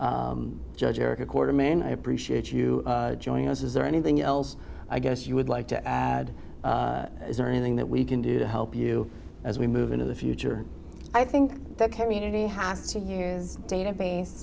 judge erica quarter man i appreciate you joining us is there anything else i guess you would like to add is there anything that we can do to help you as we move into the future i think the community has to hear is database